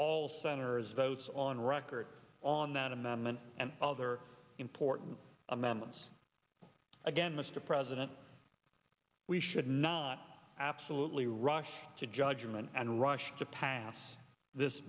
all centers votes on record on that amendment and other important amendments again mr president we should not absolutely rush to judgment and rush to pass this